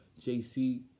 JC